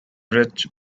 rich